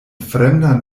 fremdan